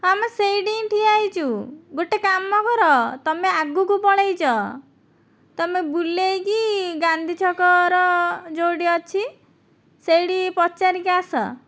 ହଁ ଆମେ ସେଇଠି ହିଁ ଠିଆ ହୋଇଛୁ ଗୋଟିଏ କାମ କର ତୁମେ ଆଗକୁ ପଳାଇଛ ତୁମେ ବୁଲାଇକି ଗାନ୍ଧୀ ଛକର ଯେଉଁଠି ଅଛି ସେଇଠିକି ପଚାରିକି ଆସ